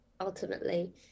ultimately